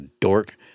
dork